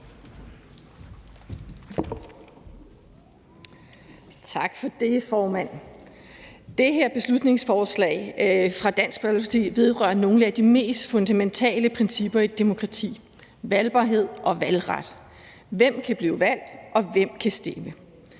Tak for det, formand. Det her beslutningsforslag fra Dansk Folkeparti vedrører nogle af de mest fundamentale principper i et demokrati, nemlig valgbarhed og valgret: Hvem kan blive valgt, og hvem kan stemme?